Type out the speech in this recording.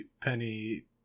Penny